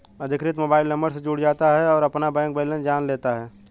अधिकृत mobile number से जुड़ जाता है और अपना बैंक बेलेंस जान लेता है